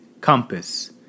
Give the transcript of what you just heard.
compass